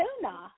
tuna